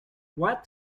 what